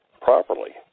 properly